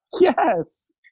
Yes